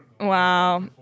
Wow